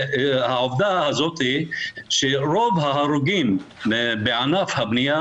העובדה הזאת היא שרוב ההרוגים בענף הבנייה